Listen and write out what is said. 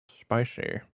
spicy